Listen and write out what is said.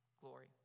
glory